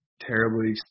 terribly